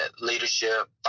leadership